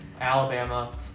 Alabama